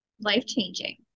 life-changing